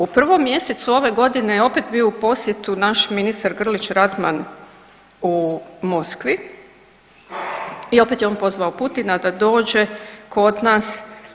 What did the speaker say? U prvom mjesecu ove godine je opet bio u posjetu naš ministar Grlić Radman u Moskvi i opet je on pozvao Putina da dođe kod nas.